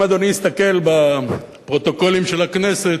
אם אדוני יסתכל בפרוטוקולים של הכנסת,